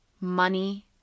money